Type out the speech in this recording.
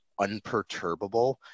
unperturbable